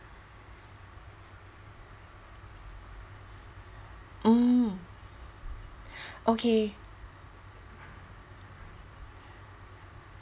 mm okay